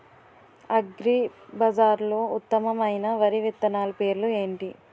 అగ్రిబజార్లో ఉత్తమమైన వరి విత్తనాలు పేర్లు ఏంటి?